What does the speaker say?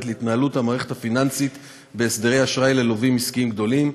להתנהלות המערכת הפיננסית בהסדרי אשראי ללווים עסקיים גדולים: